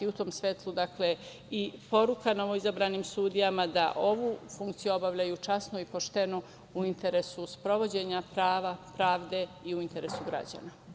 U tom svetlu i poruka novoizabranim sudijama da ovu funkciju obavljaju časno i pošteno u interesu sprovođenja prava, pravde i u interesu građana.